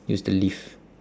use the lift